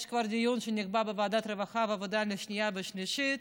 יש כבר דיון שנקבע בוועדת הרווחה והעבודה לשנייה ושלישית,